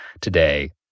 today